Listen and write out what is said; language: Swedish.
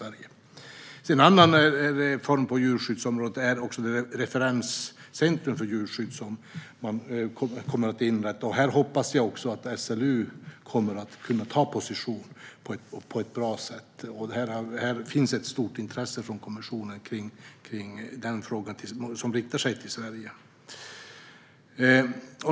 En annan reform på djurskyddsområdet är att det kommer att inrättas ett referenscentrum för djurskydd. Där hoppas jag att SLU kommer att kunna ta en position på ett bra sätt. Det finns ett stort intresse från kommissionen för frågan, och det riktar sig till Sverige.